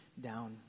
down